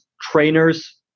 trainers